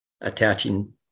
attaching